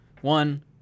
One